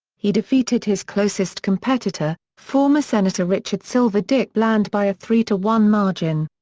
he defeated his closest competitor, former senator richard silver dick bland by a three to one margin.